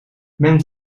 men